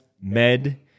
med